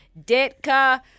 Ditka